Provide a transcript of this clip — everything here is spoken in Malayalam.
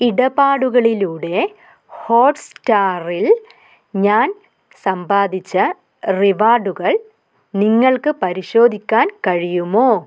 ഇടപാടുകളിലൂടെ ഹോട്ട്സ്റ്റാറിൽ ഞാൻ സമ്പാദിച്ച റിവാർഡുകൾ നിങ്ങൾക്ക് പരിശോധിക്കാൻ കഴിയുമോ